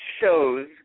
shows